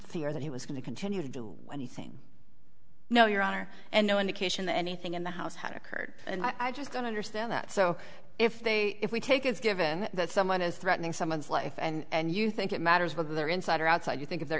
fear that he was going to continue to do anything no your honor and no indication that anything in the house had occurred and i just don't understand that so if they if we take as given that someone is threatening someone's life and you think it matters whether they're inside or outside you think if they're